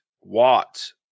Watts